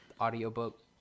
Audiobook